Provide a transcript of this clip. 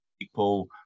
people